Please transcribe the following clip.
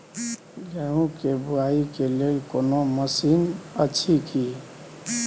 गेहूँ के बुआई के लेल कोनो मसीन अछि की?